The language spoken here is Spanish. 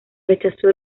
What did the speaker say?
rechazó